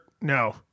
no